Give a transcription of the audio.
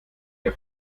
ihr